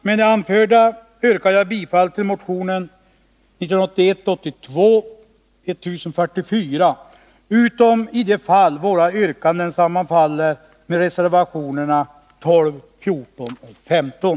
Med det anförda yrkar jag bifall till motion 1981/82:1044, utom i de fall våra yrkanden sammanfaller med reservationerna 12, 14 och 15;